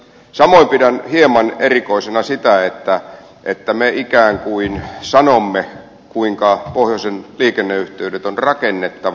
samoin pidän hieman erikoisena sitä että me ikään kuin sanomme kuinka pohjoisen liikenneyhteydet on rakennettava